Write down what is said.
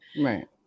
right